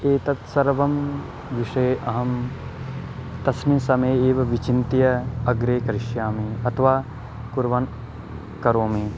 एतत् सर्वं विषये अहं तस्मिन् समये एव विचिन्त्य अग्रे करिष्यामि अथवा कुर्वन् करोमि